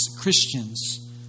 Christians